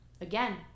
again